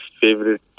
favorite